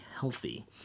healthy